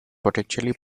potentially